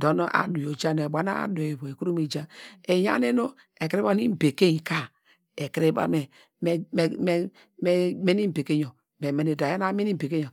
dor nu adu yor oja yor, bonu adu ivu ikuru mi ja, iya nu ekuru ovon ibekeiny ka me me mene ibekeiny yor dor eya nu amin ibekeiny yor